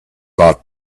not